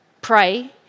pray